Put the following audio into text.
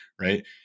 Right